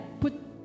put